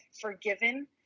forgiven